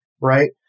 Right